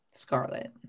scarlet